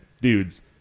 Dudes